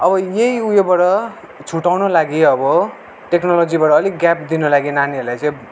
अब यही उयोबाट छुटाउन लागि अब टेक्नोलोजीबाट अलिक ग्याप दिनु लागि नानीहरूलाई चाहिँ